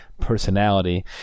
personality